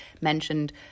mentioned